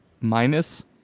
Minus